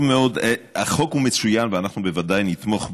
החוק הוא מצוין ואנחנו בוודאי נתמוך בו,